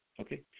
Okay